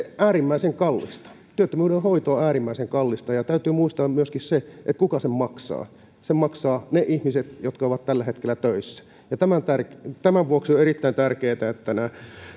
äärimmäisen kallista työttömyyden hoito on äärimmäisen kallista ja täytyy muistaa myöskin se kuka sen maksaa sen maksavat ne ihmiset jotka ovat tällä hetkellä töissä ja tämän vuoksi on erittäin tärkeää että